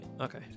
Okay